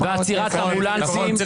עבריינים בהגה,